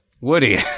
Woody